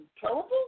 terrible